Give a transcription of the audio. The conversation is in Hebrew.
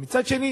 אבל מצד שני,